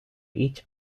each